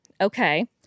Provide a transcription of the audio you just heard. okay